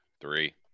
Three